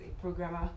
programmer